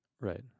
Right